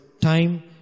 time